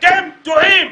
אתם טועים.